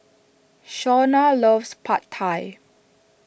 Shawnna loves Pad Thai